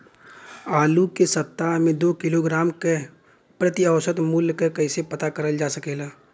आलू के सप्ताह में दो किलोग्राम क प्रति औसत मूल्य क कैसे पता करल जा सकेला?